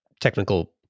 technical